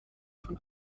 von